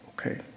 Okay